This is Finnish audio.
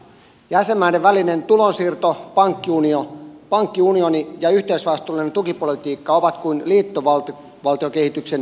jäsenmaiden välinen tulonsiirto pankkiunioni ja yhteisvastuullinen tukipolitiikka ovat kuin liittovaltiokehityksen tienviittoja